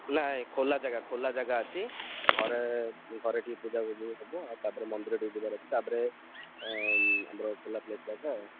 ନାଇଁ ଖୋଲା ଜାଗା ଖୋଲା ଜାଗା ଅଛି ଘରେ ଘରେ ଟିକେ ପୂଜା ପୁଜି ହବ ଆଉ ତା' ଦେହରେ ମନ୍ଦିର ଟିକେ ଯିବାର ଅଛି ତାପରେ ଆମର ଖୋଲା ପ୍ଲେସ୍ଟା ଏଇଟା